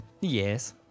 Yes